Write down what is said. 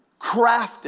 crafted